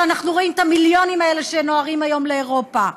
ואנחנו רואים את המיליונים האלה שנוהרים היום לאירופה.